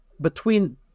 between-